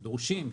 דורשים,